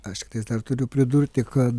aš tiktais dar turiu pridurti kad